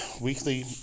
weekly